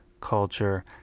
culture